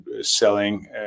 selling